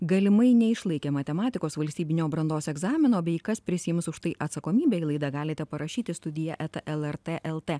galimai neišlaikė matematikos valstybinio brandos egzamino bei kas prisiims už tai atsakomybę į laidą galite parašyti studija eta lrt lt